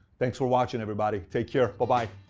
thanks for watching everybody. take care. but bye